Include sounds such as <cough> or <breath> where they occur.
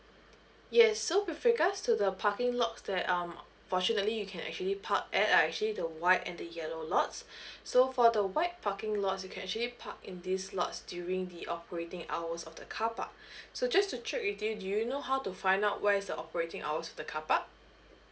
yes so with regards to the parking lots that um fortunately you can actually park at are actually the white and the yellow lots <breath> so for the white parking lots you can actually park in this lots during the operating hours of the car park <breath> so just to check with you do you know how to find out where is the operating hours of the car park